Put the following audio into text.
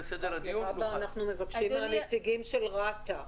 להבא אנחנו מבקשים מהנציגים של רת"א,